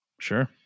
Sure